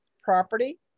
property